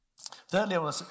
Thirdly